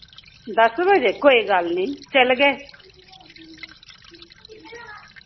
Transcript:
दस बजे कोई गल्ल नी चलगे